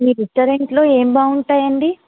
మీ restaurant లో ఏం బాగుంటాయండి